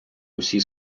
усі